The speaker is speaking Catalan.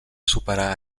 superar